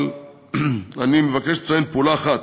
אבל אני מבקש לציין פעולה אחת,